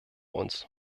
uns